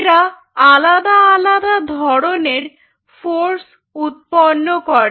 এরা আলাদা আলাদা ধরনের ফোর্স উৎপন্ন করে